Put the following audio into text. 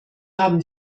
haben